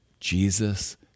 Jesus